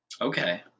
Okay